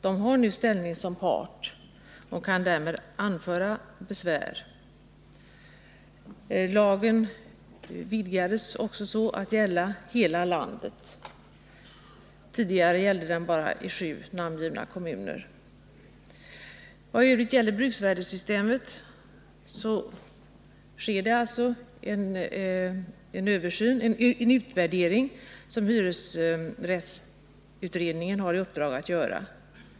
De har nu ställning som part och kan därmed anföra besvär. Lagen vidgades också till att gälla hela landet. Tidigare gällde den bara i sju namngivna kommuner. : Vad gäller bruksvärdessystemet sker en utvärdering, som hyresrättsutredningen har i uppdrag att göra.